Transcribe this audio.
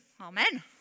Amen